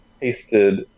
tasted